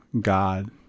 God